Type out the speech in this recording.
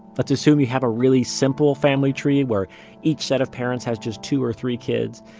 let's assume you have a really simple family tree where each set of parents has just two or three kids.